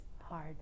hard